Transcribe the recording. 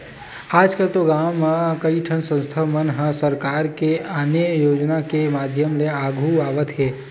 आजकल तो गाँव मन म कइठन संस्था मन ह सरकार के ने आने योजना के माधियम ले आघु आवत हे